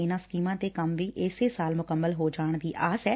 ਇਨ੍ਨਾਂ ਸਕੀਮਾਂ ਤੇ ਕੰਮ ਵੀ ਇਸੇ ਸਾਲ ਮੁਕੰਮਲ ਹੋ ਜਾਣ ਦੀ ਆਸ ਐ